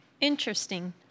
Interesting